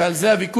ועל זה הוויכוח,